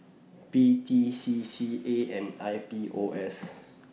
P T C C A and I P O S